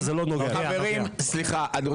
לא, זה לא נוגע.